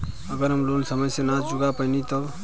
अगर हम लोन समय से ना चुका पैनी तब?